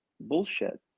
bullshit